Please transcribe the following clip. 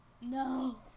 No